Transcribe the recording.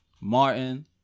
Martin